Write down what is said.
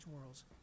worlds